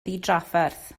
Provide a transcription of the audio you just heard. ddidrafferth